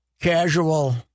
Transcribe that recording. casual